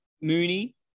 Mooney